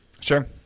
Sure